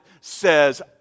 says